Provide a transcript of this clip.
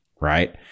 right